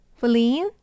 Feline